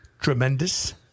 Tremendous